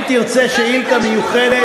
אם תרצה שאילתה מיוחדת,